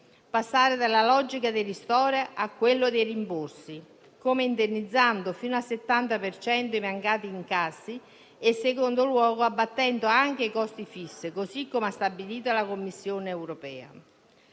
passando dalla logica dei ristori a quella dei rimborsi, indennizzando fino al 70 per cento i mancati incassi e, in secondo luogo, abbattendo i costi fissi, così come ha stabilito la Commissione europea.